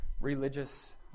religious